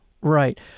right